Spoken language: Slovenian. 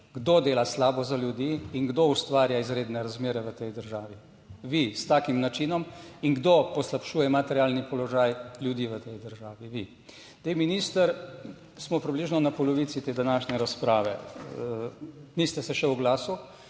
kdo dela slabo za ljudi in kdo ustvarja izredne razmere v tej državi. Vi s takim načinom in kdo poslabšuje materialni položaj ljudi v tej državi, vi. Zdaj minister smo približno na polovici te današnje razprave. Niste se še oglasil.